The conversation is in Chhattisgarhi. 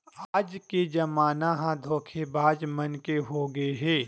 आज के जमाना ह धोखेबाज मन के होगे हे